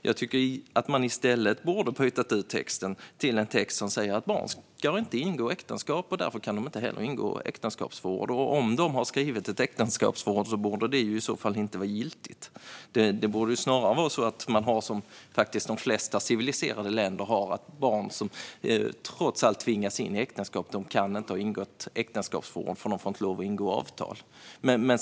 Jag tycker att man i stället borde ha bytt ut texten till en text som säger att barn inte ska ingå äktenskap och därför inte heller kan ingå äktenskapsförord. Om de ändå har skrivit ett äktenskapsförord borde det i så fall inte vara giltigt. Det borde snarare vara så, som det faktiskt är i de flesta civiliserade länder, att barn som trots allt tvingas in i äktenskap inte kan ha ingått äktenskapsförord eftersom de inte får lov att ingå avtal.